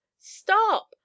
Stop